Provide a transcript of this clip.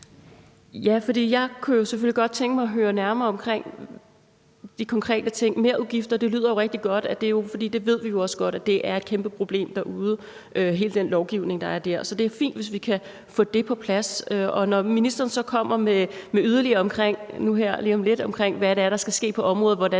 Ja, for jeg kunne jo selvfølgelig godt tænke mig at høre nærmere omkring de konkrete ting. Hvad angår merudgifterne, lyder det jo rigtig godt, for vi ved også godt, at det er et kæmpeproblem derude med hele den lovgivning, der er der. Så det er fint, hvis vi kan få det på plads, og når ministeren så nu her lige om lidt kommer med noget yderligere omkring, hvad det er, der skal ske på området, og hvordan